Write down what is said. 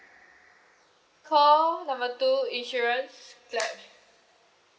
call number two insurance clap